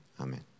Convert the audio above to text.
amen